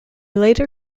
later